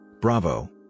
bravo